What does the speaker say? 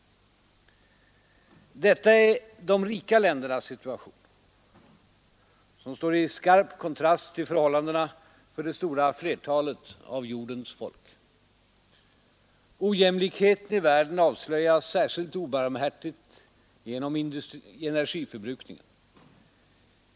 Detta är de rika ländernas situation som står i skarp kontrast till förhållandena för det stora flertalet av jordens folk. Ojämlikheten i världen avslöjas särskilt obarmhärtigt genom energiförbrukningen.